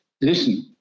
listen